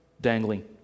dangling